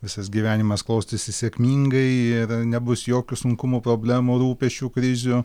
visas gyvenimas klostysis sėkmingai ir nebus jokių sunkumų problemų rūpesčių krizių